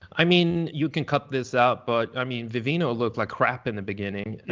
i mean, you can cut this out, but i mean vivino looked like crap in the beginning. and